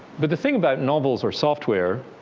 but the thing about novels, or software,